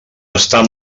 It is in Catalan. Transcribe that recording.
estar